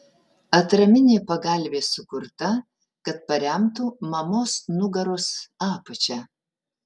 atraminė pagalvė sukurta kad paremtų mamos nugaros apačią